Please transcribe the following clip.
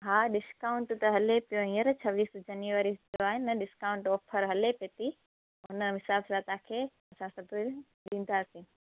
हा डिस्काउंट त हले पियो हींअर छवीह जान्युआरी जो आहे न डिस्काउंट ऑफ़र हले पए थी हुनजे हिसाब सां तव्हां खे असां सभु ॾींदासीं